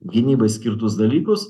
gynybai skirtus dalykus